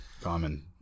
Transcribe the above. common